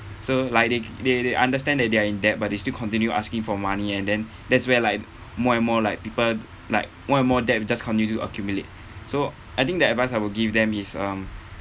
so like they they they understand that they are in debt but they still continue asking for money and then that's where like more and more like people like more and more debt will just continue to accumulate so I think the advice I will give them is um